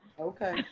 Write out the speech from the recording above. Okay